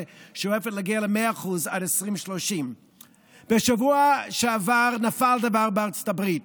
ושואף להגיע ל-100% עד 2030. בשבוע שעבר נפל דבר בארצות הברית: